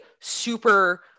super